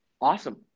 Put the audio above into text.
Awesome